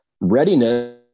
Readiness